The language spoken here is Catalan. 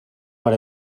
per